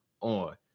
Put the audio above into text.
on